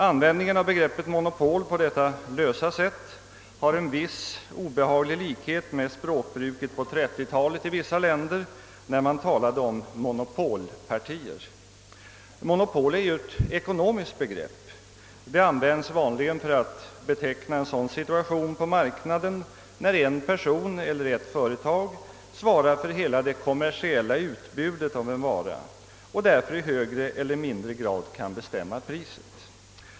Användningen av begreppet monopol på detta lösliga sätt har en viss likhet med språkbruket på 1930-talet i vissa länder, när man talade om »monopolpartier». — Monopol är ju ett ekonomiskt begrepp. Det används vanligen för att beteckna en situation på marknaden då en person eller ett företag svarar för hela det kommersiella utbudet av en vara och därför i högre eller mindre grad kan bestämma priset.